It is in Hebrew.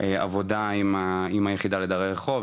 עבודה עם היחידה לדרי רחוב,